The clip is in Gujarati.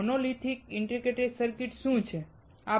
મોનોલિથિક ઇન્ટિગ્રેટેડ સર્કિટ શું છે